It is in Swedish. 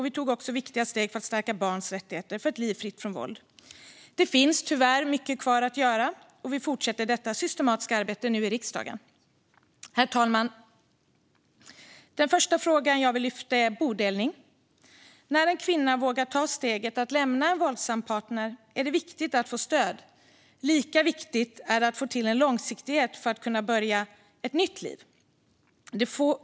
Vi tog också viktiga steg för att stärka barns rättigheter, för ett liv fritt från våld. Det finns tyvärr mycket kvar att göra, och vi fortsätter detta systematiska arbete nu i riksdagen. Herr talman! Den första fråga jag vill lyfta gäller bodelning. När en kvinna vågar ta steget att lämna en våldsam partner är det viktigt att få stöd. Lika viktigt är att få till en långsiktighet för att kunna börja ett nytt liv.